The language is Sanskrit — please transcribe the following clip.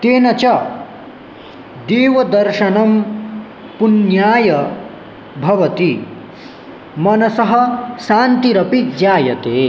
तेन च देवदर्शनं पुण्याय भवति मनसः शान्तिरपि जायते